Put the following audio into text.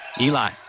Eli